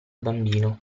bambino